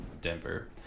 denver